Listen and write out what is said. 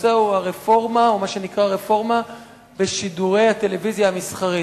הנושא הוא מה שנקרא "רפורמה בשידורי הטלוויזיה המסחרית".